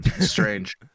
Strange